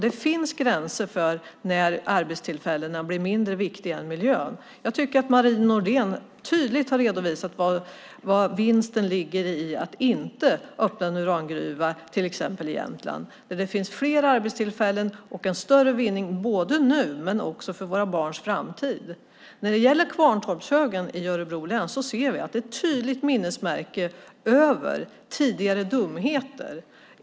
Det finns gränser för när arbetstillfällena blir mindre viktiga än miljön. Jag tycker att Marie Nordén tydligt har redovisat var vinsten ligger i att inte öppna en urangruva till exempel i Jämtland. Det finns fler arbetstillfällen och en större vinning både nu och för våra barns framtid. När det gäller Kvarntorpshögen i Örebro län ser vi att den är ett tydligt minnesmärke över tidigare dumheter.